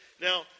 Now